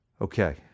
Okay